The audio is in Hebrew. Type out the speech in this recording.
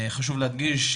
חשוב להדגיש,